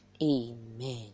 Amen